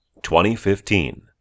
2015